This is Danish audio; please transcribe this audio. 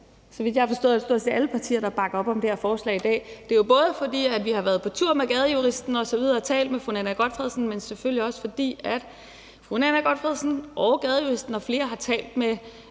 så vidt jeg har forstået, stort set alle partier bakker op om det her forslag i dag. Det er både, fordi vi har været på tur med Gadejuristen osv. og talt med fru Nanna W. Gotfredsen, men selvfølgelig også, fordi fru Nanna W. Gotfredsen og Gadejuristen og flere har talt med